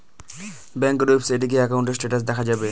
ব্যাঙ্কের ওয়েবসাইটে গিয়ে একাউন্টের স্টেটাস দেখা যাবে